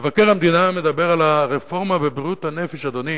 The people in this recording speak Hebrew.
מבקר המדינה מדבר על הרפורמה בבריאות הנפש, אדוני.